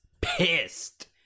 pissed